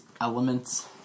elements